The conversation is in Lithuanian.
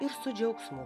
ir su džiaugsmu